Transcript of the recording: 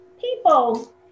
people